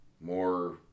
more